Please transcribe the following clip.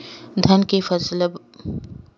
धान के फुनाई बर कोन से उपकरण सबले जादा उपयोगी हे?